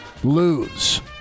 Lose